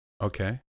Okay